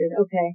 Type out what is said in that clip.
Okay